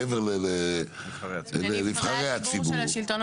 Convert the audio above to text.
מעבר לנבחרי הציבור.